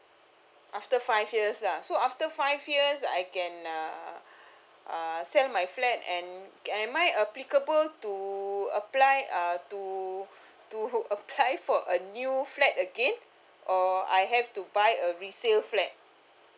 after five years lah so after five years I can uh uh sell my flat and am I applicable to apply uh to to apply for a new flat again or I have to buy a resale flat